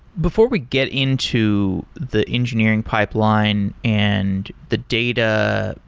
before we get into the engineering pipeline and the data,